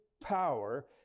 power